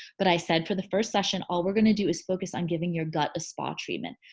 but i said, for the first session all we're gonna do is focus on giving your gut a spa treatment.